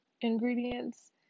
ingredients